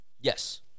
Yes